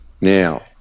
Now